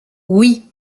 oui